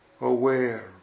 aware